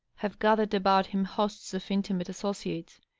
have gathered about him hosts of intimate associates.